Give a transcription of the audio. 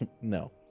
No